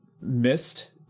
missed